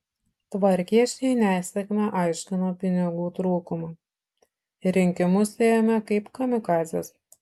tvarkiečiai nesėkmę aiškino pinigų trūkumu į rinkimus ėjome kaip kamikadzės